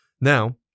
Now